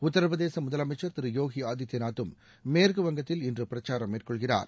உத்தரப்பிரதேச முதலமைச்சர் திரு யோகி ஆதித்யநாத்தும் மேற்குவங்கத்தில் இன்று பிரச்சாரம் மேற்கொள்கிறார்